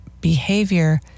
behavior